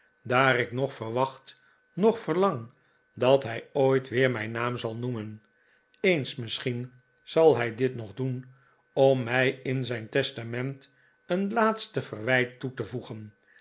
daar ik noch verwacht noch verlang dat hij ooit weer mijn naam zal noemen eens misschien zal hij dit nog doen om mij in zijn testament een laatste verwijt toe te voegenlaat